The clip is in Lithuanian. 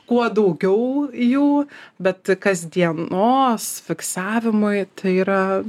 kuo daugiau jų bet kasdienos fiksavimui tai yra